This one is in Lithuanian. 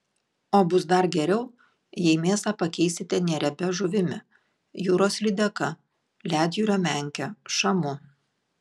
o bus dar geriau jei mėsą pakeisite neriebia žuvimi jūros lydeka ledjūrio menke šamu